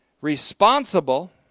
responsible